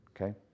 Okay